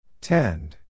Tend